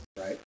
right